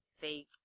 fake